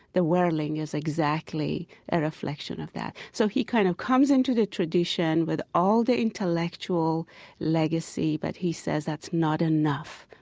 the whirling is exactly a reflection of that. so he kind of comes into the tradition with all the intellectual legacy, but he says that's not enough.